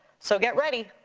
so get ready,